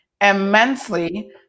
immensely